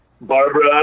Barbara